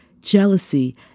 jealousy